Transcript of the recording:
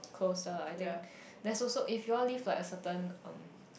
closer I think there's also if you all live like a certain um